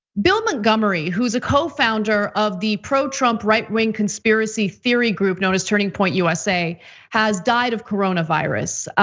bill montgomery who's a co-founder of the pro-trump right-wing conspiracy theory group known as turning point usa has died of coronavirus.